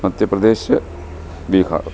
Madhya Pradesh Bihar